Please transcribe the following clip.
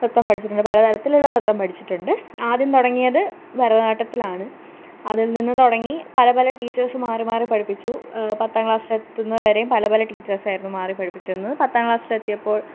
നൃത്തം പഠിച്ചിട്ടുണ്ട് പലതരത്തിലുള്ള നൃത്തം പഠിച്ചിട്ടുണ്ട് ആദ്യം തുടങ്ങിയത് ഭരതനാട്യത്തിലാണ് അതില്നിന്ന് തുടങ്ങി പല പല ടീച്ചേഴ്സ് മാറി മാറി പഠിപ്പിച്ചു പത്താം ക്ലാസ്സിലെത്തുന്നതുവരേയും പല പല ടീച്ചേഴ്സായിരുന്നു മാറി പഠിപ്പിച്ചിരുന്നത് പത്താം ക്ലാസ്സിലെത്തിയപ്പോള്